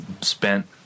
spent